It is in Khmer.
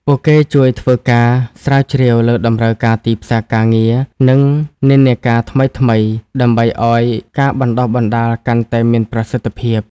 ពួកគេជួយធ្វើការស្រាវជ្រាវលើតម្រូវការទីផ្សារការងារ និងនិន្នាការថ្មីៗ ដើម្បីឱ្យការបណ្តុះបណ្តាលកាន់តែមានប្រសិទ្ធភាព។